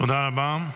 תודה רבה.